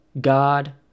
God